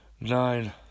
nine